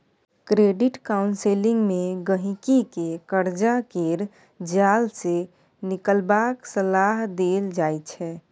credit counselling मे गहिंकी केँ करजा केर जाल सँ निकलबाक सलाह देल जाइ छै